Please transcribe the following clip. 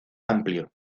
amplio